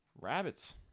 Rabbits